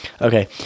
Okay